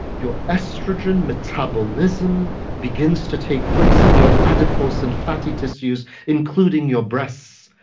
your estrogen metabolism begins to take place in your adipose and fatty tissues including your breasts.